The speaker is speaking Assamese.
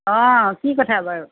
অঁ কি কথা বাৰু